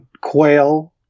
quail